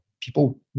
people